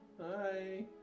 Hi